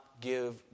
give